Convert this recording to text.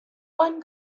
one